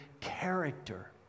character